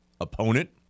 opponent